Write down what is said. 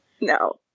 No